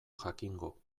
jakingo